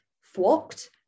flocked